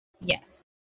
yes